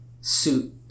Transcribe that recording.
suit